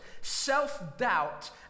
self-doubt